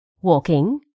walking